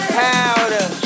powder